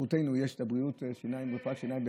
בזכותנו יש בריאות שיניים ורפואת השיניים,